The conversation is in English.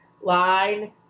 line